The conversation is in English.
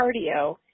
cardio